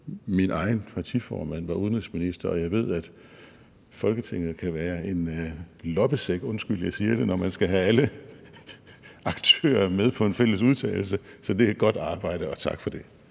min egen partiformand var udenrigsminister, og jeg ved, at Folketinget kan være en loppesæk – undskyld, jeg siger det – når man skal have alle aktører med på en fælles udtalelse. Så det er et godt arbejde, og tak for det.